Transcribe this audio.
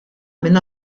minn